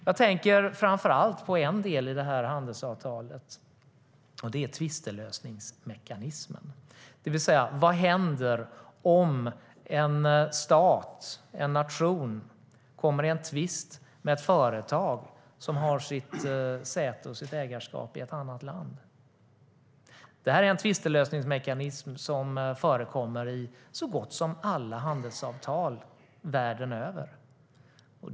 Jag tänker framför allt på en del i handelsavtalet, nämligen tvistlösningsmekanismen: Vad händer om en stat, en nation, kommer i tvist med ett företag som har sitt säte och ägarskap i ett annat land? Det är en tvistlösningsmekanism som förekommer i så gott som alla handelsavtal världen över.